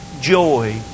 joy